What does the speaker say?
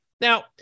Now